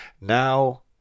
Now